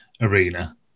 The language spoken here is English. arena